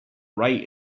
right